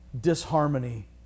disharmony